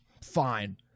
Fine